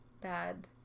bad